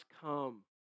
come